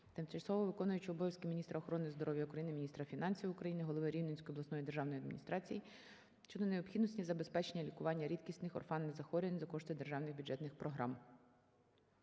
тимчасово виконуючої обов'язки міністра охорони здоров'я України, міністра фінансів України, голови Рівненської обласної державної адміністрації щодо необхідності забезпечення лікування рідкісних (орфанних) захворювань за кошти державних бюджетних програм.